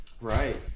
Right